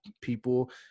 people